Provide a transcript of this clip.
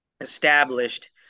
established